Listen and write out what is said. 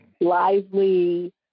lively